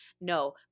No